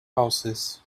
houses